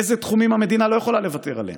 אילו תחומים המדינה לא יכולה לוותר ובאילו